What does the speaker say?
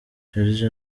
serge